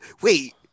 Wait